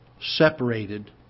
separated